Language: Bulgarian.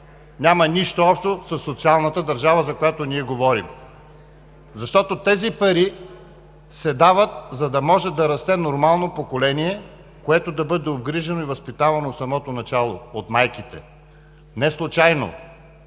Няма нищо общо със социалната държава, за която ние говорим, защото тези пари се дават, за да може да расте нормално поколение, което да бъде обгрижено и възпитавано от самото начало от майките. Неслучайно